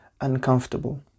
uncomfortable